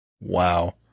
Wow